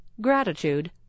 Gratitude